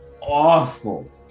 awful